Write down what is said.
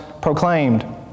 proclaimed